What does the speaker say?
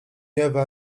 ewa